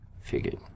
figured